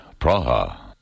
Praha